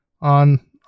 on